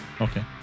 okay